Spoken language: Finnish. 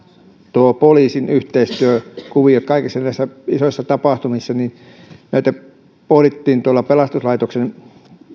tuo poliisin yhteistyökuvio kaikissa isoissa tapahtumissa näitä kun pohdittiin tuolla pelastuslaitoksella